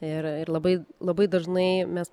ir ir labai labai dažnai mes